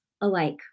alike